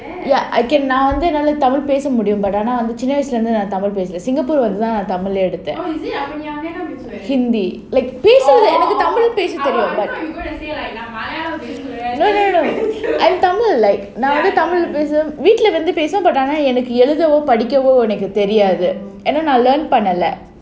ya I can நான் வந்து என்னால:naan vandhu ennaala tamil பேச முடியும் சின்ன வயசுல இருந்து தமிழ் பேசல:pesa mudiyum chinna vayasula irunthu tamil pesala singapore வந்து தான்:vandhu thaan tamil எடுத்தேன்:eduthaen hindi like நான் மலையாளம் பேசுவேன் தெலுகு பேசுவேன்:naan malayaalam pesuvaen telugu pesuvaen tamil வீட்ல tamil பேசுவேன்:pesuvaen no no no I'm tamil like ஆனா எழுதவோ படிக்கவோ எனக்கு தெரியாது ஏனா நான்:aanaa ezhuthavo padikkavo enakku theriathu yenaa naan learn பண்ணல:pannala